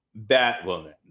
batwoman